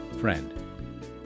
Friend